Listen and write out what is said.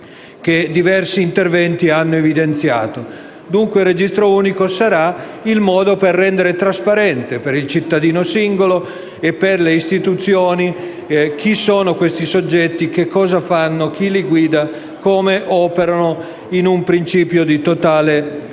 che diversi interventi hanno evidenziato. Dunque, il registro unico sarà il modo per rendere trasparente, per il cittadino singolo e per le istituzioni, chi sono questi soggetti, che cosa fanno, chi li guida e come operano in un principio di totale